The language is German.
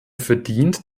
verdient